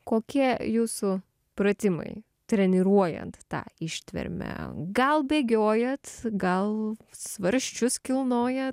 kokie jūsų pratimai treniruojant tą ištvermę gal bėgiojat gal svarsčius kilnojat